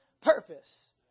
purpose